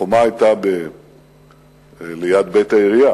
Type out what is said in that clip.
החומה היתה ליד בית העירייה.